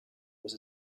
was